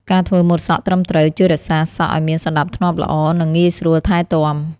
ការធ្វើម៉ូតសក់ត្រឹមត្រូវ ជួយរក្សាសក់ឱ្យមានសណ្ដាប់ធ្នាប់ល្អ និងងាយស្រួលថែទាំ។